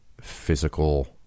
physical